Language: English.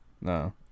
No